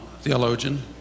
theologian